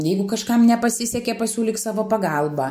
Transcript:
jeigu kažkam nepasisekė pasiūlyk savo pagalbą